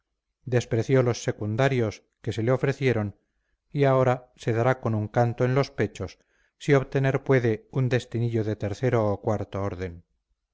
despreció los secundarios que se le ofrecieron y ahora se dará con un canto en los pechos si obtener puede un destinillo de tercero o cuarto orden